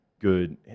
good